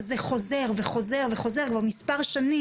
זה חוזר וחוזר וחוזר על עצמו כל שנה,